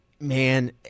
Man